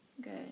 good